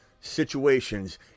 situations